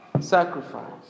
Sacrifice